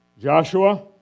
Joshua